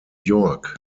york